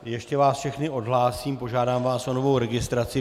Ještě vás všechny odhlásím, požádám vás o novou registraci.